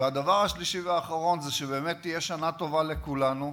והדבר השלישי והאחרון זה שבאמת תהיה שנה טובה לכולנו,